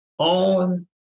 on